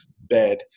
bed